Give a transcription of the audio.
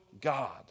God